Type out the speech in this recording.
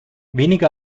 wenige